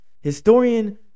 Historian